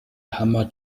hammer